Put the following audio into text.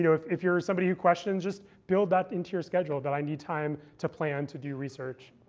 you know if if you're somebody who questions, just build that into your schedule, that i need time to plan to do research.